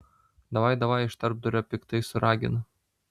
davai davaj iš tarpdurio piktai suragina